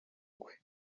ukwe